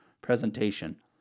presentation